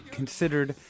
considered